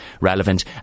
relevant